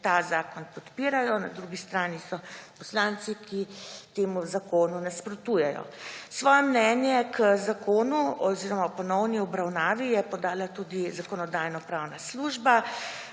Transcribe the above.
ta zakon podpirajo, na drugi strani so poslanci, ki temu zakonu nasprotujejo. Svoje mnenje k zakonu oziroma ponovni obravnavi je podala tudi Zakonodajno-pravna služba.